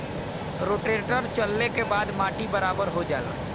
rotator चलले के बाद माटी बराबर हो जाला